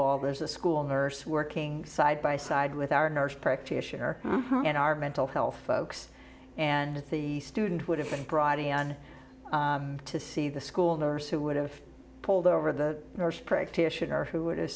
all there's a school nurse working side by side with our nurse practitioner and our mental health folks and the student would have been brought in on to see the school nurse who would have pulled over the nurse practitioner who would